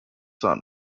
son